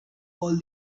all